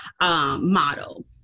model